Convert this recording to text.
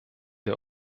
der